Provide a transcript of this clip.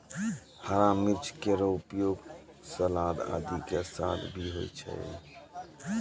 हरा मिर्च केरो उपयोग सलाद आदि के साथ भी होय छै